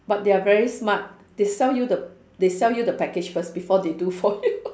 but they are very smart they sell you the they sell you the package first before they do for you